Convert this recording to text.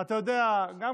אתה יודע, גם